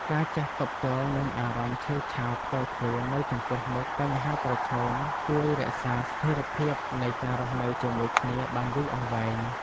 ការចេះទប់ទល់នឹងអារម្មណ៍ឆេវឆាវផ្ទាល់ខ្លួននៅចំពោះមុខបញ្ហាប្រឈមជួយរក្សាស្ថិរភាពនៃការរស់នៅជាមួយគ្នាបានយូរអង្វែង។